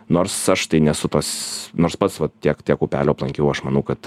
nors aš tai nesu tas nors pats tiek tiek upelių aplankiau aš manau kad